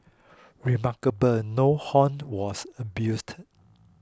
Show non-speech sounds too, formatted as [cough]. [noise] remarkable no horn was abused